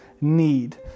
need